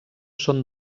són